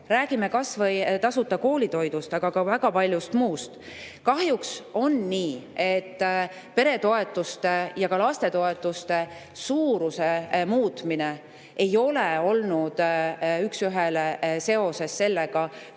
Räägime kas või tasuta koolitoidust, aga ka väga paljust muust. Kahjuks on nii, et peretoetuste ja lastetoetuste suuruse muutmine ei ole olnud üks ühele seoses sellega,